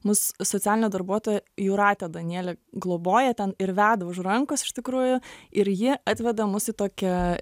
mus socialinė darbuotoja jūratė danielė globoja ten ir veda už rankos iš tikrųjų ir ji atvedė mus į tokią